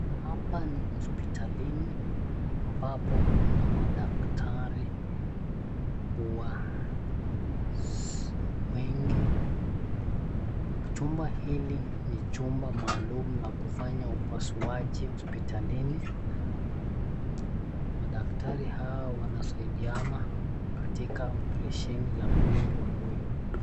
Hapa ni hospitalini ambapo kuna madaktari wengi. Chumba hili ni chumba maalum ya kufanya upaswaji hospitalini. Madaktari hao wanasaidiana katika oparesheni la mgonjwa huyu.